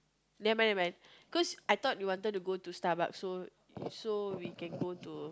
never mind never mind cause I thought you wanted to go to Starbucks so so we can go to